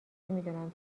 نمیدونم